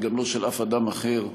וגם לא של אף אדם אחר,